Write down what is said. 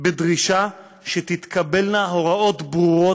בדרישה שתתקבלנה הוראות ברורות,